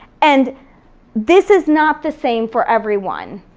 and this is not the same for everyone.